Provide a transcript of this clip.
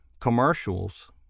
commercials